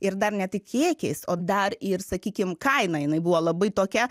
ir dar ne tik kiekiais o dar ir sakykim kaina jinai buvo labai tokia